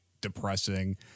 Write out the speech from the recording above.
depressing